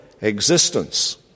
existence